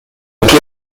الذهاب